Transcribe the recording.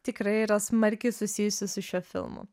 tikrai yra smarkiai susijusi su šiuo filmu